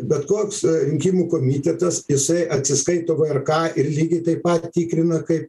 bet koks rinkimų komitetas jisai atsiskaito vrk ir lygiai taip pat tikrina kaip